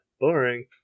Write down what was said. boring